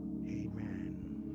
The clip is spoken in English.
Amen